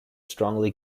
strongly